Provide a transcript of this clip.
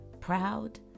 proud